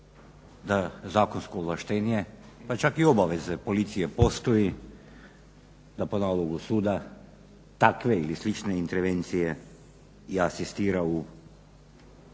da zakonsko ovlaštenje pa čak i obaveze policije postoji, da po nalogu suda takve ili slične intervencije i asistira u…